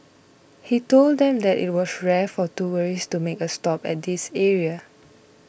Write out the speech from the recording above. he told them that it was rare for tourists to make a stop at this area